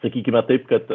sakykime taip kad